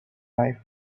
life